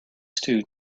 stew